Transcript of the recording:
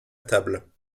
table